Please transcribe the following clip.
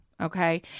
Okay